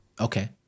okay